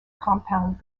compound